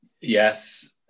Yes